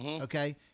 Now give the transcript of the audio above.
Okay